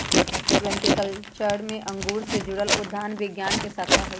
viticulture में अंगूर से जुड़ल उद्यान विज्ञान के शाखा हई